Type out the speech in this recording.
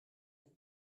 est